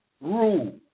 rule